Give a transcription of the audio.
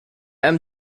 einem